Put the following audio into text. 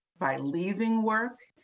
by leaving work,